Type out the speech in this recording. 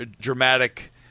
dramatic